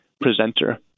presenter